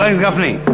חבר הכנסת גפני.